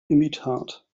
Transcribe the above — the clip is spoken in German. imitat